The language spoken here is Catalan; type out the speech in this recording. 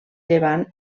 llevant